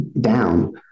down